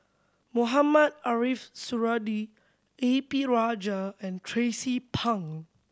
Mohamed Ariff Suradi A P Rajah and Tracie Pang